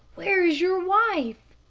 where is your wife?